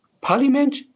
parliament